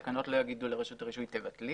התקנות לא יגידו לרשות הרישוי תבטלי